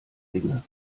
dinge